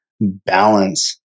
balance